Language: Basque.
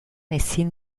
ezin